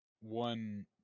one